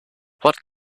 what